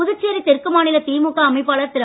புதுச்சேரி தெற்கு மாநில திமுக அமைப்பாளர் திரு